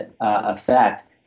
effect